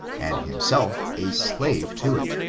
and himself a slave to it.